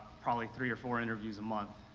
probably three or four interviews a month.